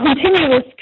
continuous